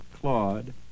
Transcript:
Claude